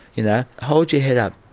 you know, hold your head up.